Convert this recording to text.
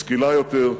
משכילה יותר,